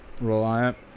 Reliant